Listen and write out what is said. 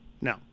No